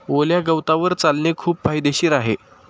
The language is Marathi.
ओल्या गवतावर चालणे खूप फायदेशीर आहे